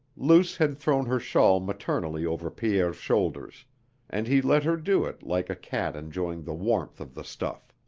luce had thrown her shawl maternally over pierre's shoulders and he let her do it like a cat enjoying the warmth of the stuff.